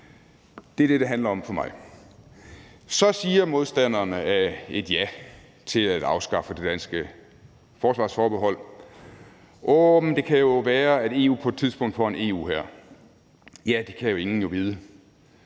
Det er det, det handler om for mig. Så siger modstanderne af et ja til at afskaffe det danske forsvarsforbehold: Åh, men det kan jo være, at EU på et tidspunkt får en EU-hær. Ja, det kan ingen jo vide.